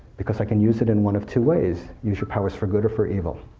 because i can use it in one of two ways. use your powers for good or for evil.